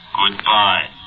goodbye